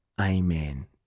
Amen